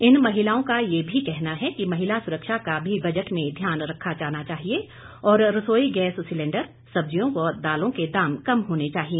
इन महिलाओं का ये भी कहना है कि महिला सुरक्षा का भी बजट में ध्यान रखा जाना चाहिए और रसोई गैस सिलेण्डर सब्जियों व दालों के दाम कम होने चाहिए